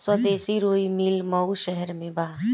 स्वदेशी रुई मिल मऊ शहर में बा